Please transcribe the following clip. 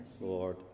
Lord